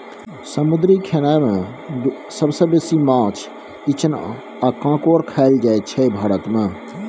समुद्री खेनाए मे सबसँ बेसी माछ, इचना आ काँकोर खाएल जाइ छै भारत मे